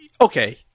Okay